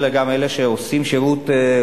אלא גם על אלה שעושים שירות לאומי.